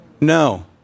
No